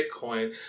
Bitcoin